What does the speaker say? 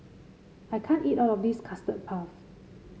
I can't eat all of this Custard Puff